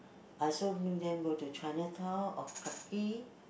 I also bring them go to Chinatown or Clarke-Quay